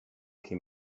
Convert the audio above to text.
che